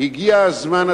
הגיע הזמן,